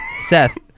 seth